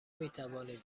میتوانید